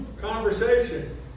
conversation